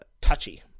touchy